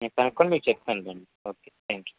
నేను కనుక్కుని మీకు చెప్తానులే అండి ఓకే థ్యాంక్ యూ